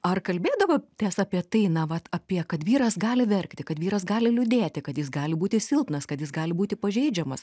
ar kalbėdavotės apie tai na vat apie kad vyras gali verkti kad vyras gali liūdėti kad jis gali būti silpnas kad jis gali būti pažeidžiamas